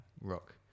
rock